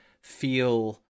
feel